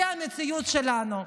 זו המציאות שלנו,